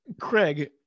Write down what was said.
Craig